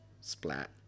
splat